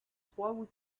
trois